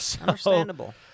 Understandable